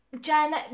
Jen